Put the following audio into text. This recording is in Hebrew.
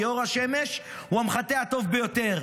כי אור השמש הוא המחטא הטוב ביותר.